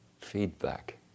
Feedback